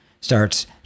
starts